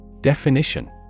Definition